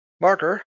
Marker